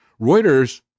Reuters